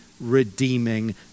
redeeming